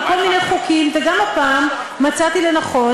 על כל מיני חוקים, וגם הפעם מצאתי לנכון.